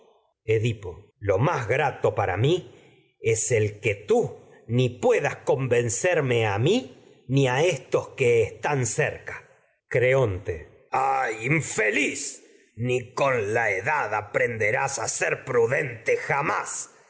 sófocles edipo lo más a grato para mi es el que tú mi ni a ni pue das convencerme éstos que están cerca creonte ay infeliz ni con la edad aprenderás a ser prudente jamás